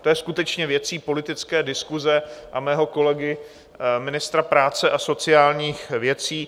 To je skutečně věcí politické diskuse a mého kolegy, ministra práce a sociálních věcí.